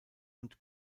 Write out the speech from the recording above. und